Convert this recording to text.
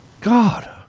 God